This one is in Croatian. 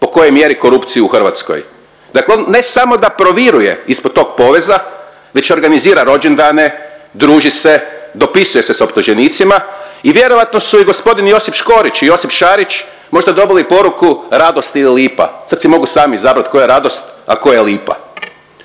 po kojoj je mjeri korupcija u Hrvatskoj. Dakle, on ne samo da proviruje ispod tog poveza već organizira rođendane, druži se, dopisuje se sa optuženicima i vjerojatno su i gospodin Josip Škorić i Josip Šarić možda dobili poruku „radosti“ ili „lipa“. Sad si mogu sami izabrati tko je „radost“, a tko je „lipa“.